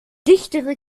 dichtere